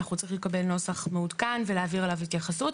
אנחנו צריכים לקבל נוסח מעודכן ולהעביר עליו התייחסות.